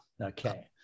okay